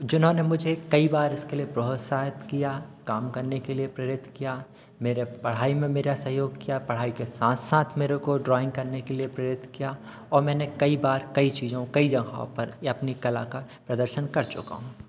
जिन्होंने मुझे कई बार इसके लिए बहुत सहायता किया काम करने के लिए प्रेरित किया मेरे पढ़ाई में मेरा सहयोग किया पढ़ाई के साथ साथ मेरे को ड्राइंग करने के लिए प्रेरित किया और मैंने कई बार कई चीज़ों कई जगहों पर ये अपनी कला का प्रदर्शन कर चुका हूँ